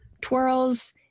twirls